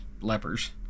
lepers